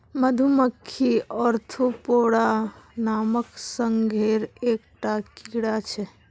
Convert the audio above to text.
मधुमक्खी ओर्थोपोडा नामक संघेर एक टा कीड़ा छे